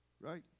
Right